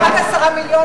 אדוני השר.